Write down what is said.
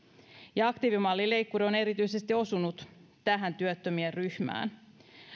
ja aktiivimallileikkuri on erityisesti osunut tähän työttömien ryhmään